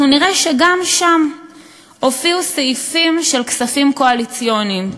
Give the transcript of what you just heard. אנחנו נראה שגם שם הופיעו סעיפים של כספים קואליציוניים,